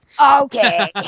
okay